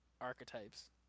archetypes